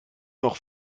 noch